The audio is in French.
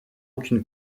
aucune